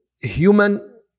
human